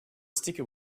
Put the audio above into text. sticker